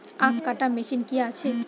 আখ কাটা মেশিন কি আছে?